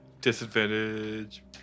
Disadvantage